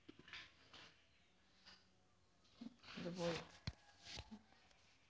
ಅಕ್ಕಿಯ ಬೆಲೆ ದಿನದಿಂದ ದಿನಕೆ ಹೆಚ್ಚು ಆಗಬಹುದು?